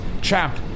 Champ